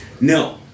No